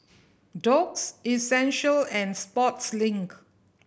Doux Essential and Sportslink